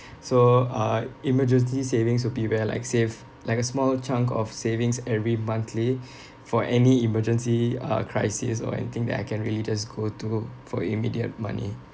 so uh emergency savings will be where like I save like a small chunk of savings every monthly for any emergency uh crisis or anything that I can really just go to for immediate money